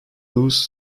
loose